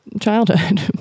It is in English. childhood